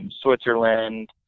Switzerland